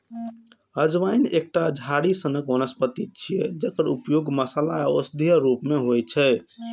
अजवाइन एकटा झाड़ी सनक वनस्पति छियै, जकर उपयोग मसाला आ औषधिक रूप मे होइ छै